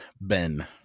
Ben